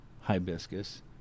hibiscus